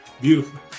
Beautiful